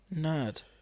nerd